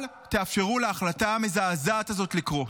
אל תאפשרו להחלטה המזעזעת הזאת לקרות.